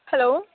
hello